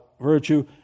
virtue